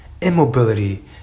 immobility